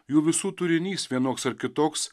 jų visų turinys vienoks ar kitoks